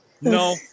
No